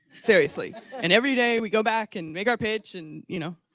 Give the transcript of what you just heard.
seriously. and everyday, we go back and make our pitch and, you know,